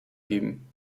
geben